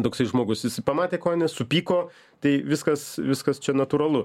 toksai žmogus jis pamatė kojinę supyko tai viskas viskas čia natūralu